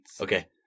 Okay